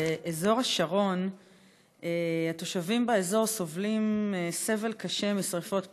באזור השרון התושבים סובלים סבל קשה משרפות פסולת,